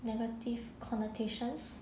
negative connotations